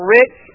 rich